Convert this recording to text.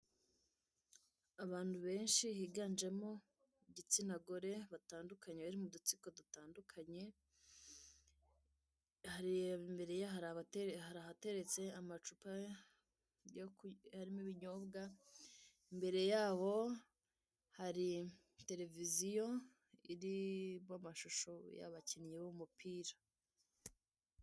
Abantu benshi biganjemo ab'igitsina gore batandukanye bari mudutsiko dutandukanye, imbere hari ahateretse amacupa arimo ibinyobwa, imbere yabo hari tereviziyo iriho amashusho y'abakinnyi b'umupira.